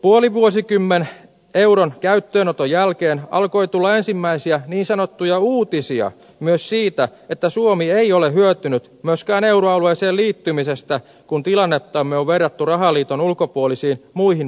puoli vuosikymmen euron käyttöönoton jälkeen alkoi tulla ensimmäisiä niin sanottuja uutisia myös siitä että suomi ei ole hyötynyt myöskään euroalueeseen liittymisestä kun tilannettamme on verrattu rahaliiton ulkopuolisiin muihin pohjoismaihin